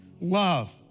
Love